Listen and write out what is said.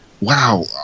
wow